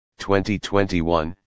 2021